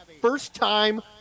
first-time